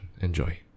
Enjoy